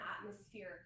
atmosphere